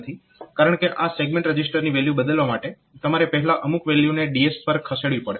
કારણકે આ સેગમેન્ટ રજીસ્ટરની વેલ્યુ બદલવા માટે તમારે પહેલા અમુક વેલ્યુને DS પર ખસેડવી પડે